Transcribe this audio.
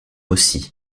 aussi